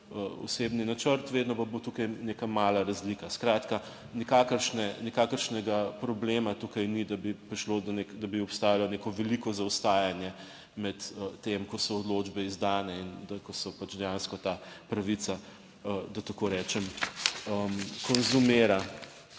osebni načrt, vedno pa bo tukaj neka mala razlika. Skratka nikakršne, nikakršnega problema tukaj ni, da bi prišlo, da bi obstajalo neko veliko zaostajanje med tem, ko so odločbe izdane in, ko se pač dejansko ta pravica, da tako rečem konzumira.